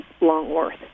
Longworth